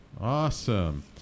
Awesome